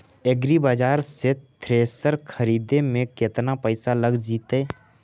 एग्रिबाजार से थ्रेसर खरिदे में केतना पैसा लग जितै?